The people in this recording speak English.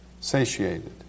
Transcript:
satiated